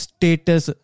Status